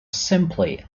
simply